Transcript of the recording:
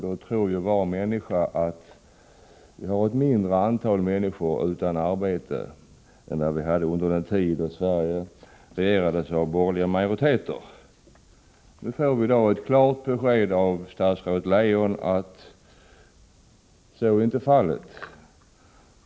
Då tror ju var och en att vi har ett mindre antal människor utan arbete än vi hade under den tid då Sverige regerades av borgerliga majoriteter. Nu får vi i dag ett klart besked av statsrådet Leijon — att så inte är fallet.